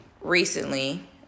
recently